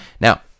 Now